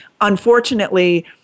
unfortunately